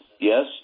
yes